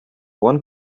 one